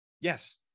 yes